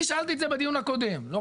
אני שאלתי את זה בדיון הקודם.